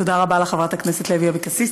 תודה רבה לחברת הכנסת לוי אבקסיס,